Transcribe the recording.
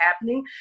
happening